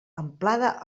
amplada